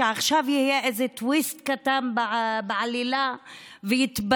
שעכשיו יהיה איזה טוויסט קטן בעלילה ויתבדה,